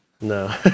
No